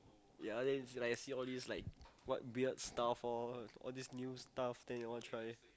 ya then like you see all these like what weird stuff lor all these new stuff then you want try